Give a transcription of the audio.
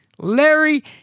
Larry